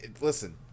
Listen